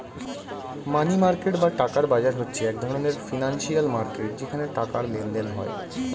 মানি market বা টাকার বাজার হচ্ছে এক ধরণের ফিনান্সিয়াল মার্কেট যেখানে টাকার লেনদেন হয়